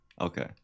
Okay